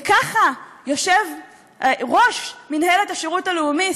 וככה יושב-ראש מינהלת השירות הלאומי,